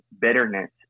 bitterness